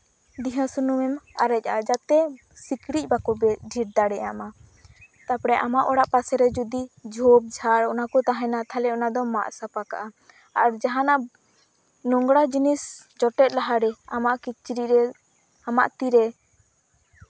ᱫᱤᱣᱦᱟᱹ ᱥᱩᱱᱩᱢᱮᱢ ᱟᱨᱮᱡᱟᱜᱼᱟ ᱡᱟᱛᱮ ᱥᱤᱠᱬᱤᱡ ᱡᱟᱛᱮ ᱵᱟᱠᱚ ᱰᱷᱮᱨ ᱫᱟᱲᱮᱭᱟᱜ ᱢᱟ ᱛᱟᱯᱚᱨᱮ ᱟᱢᱟᱜ ᱚᱲᱟᱜ ᱯᱟᱥᱮ ᱨᱮ ᱡᱩᱫᱤ ᱡᱷᱳᱯᱼᱡᱷᱟᱲ ᱚᱱᱟᱠᱚ ᱛᱟᱦᱮᱱᱟ ᱛᱟᱦᱚᱞᱮ ᱚᱱᱟᱫᱚᱢ ᱢᱟᱜ ᱥᱟᱯᱟ ᱠᱟᱜᱼᱟ ᱟᱨ ᱡᱟᱦᱟᱱᱟᱜ ᱱᱳᱝᱨᱟ ᱡᱤᱱᱤᱥ ᱡᱚᱴᱮᱫ ᱞᱟᱦᱟᱨᱮ ᱟᱢᱟᱜ ᱠᱤᱪᱨᱤᱡᱨᱮ ᱟᱢᱟᱜ ᱛᱤᱨᱮ